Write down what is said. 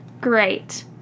Great